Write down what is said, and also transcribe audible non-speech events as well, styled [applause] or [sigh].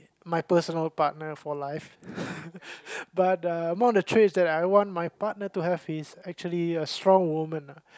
my personal partner for life [laughs] but uh more mature is that I want my partner to have his actually a strong woman ah